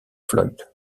floyd